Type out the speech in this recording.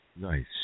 Nice